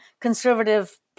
conservative